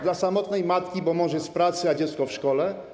Dla samotnej matki, bo mąż jest w pracy, a dziecko w szkole?